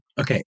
Okay